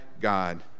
God